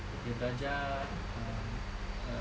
dia belajar um err